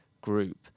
group